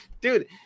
dude